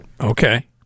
Okay